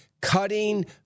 cutting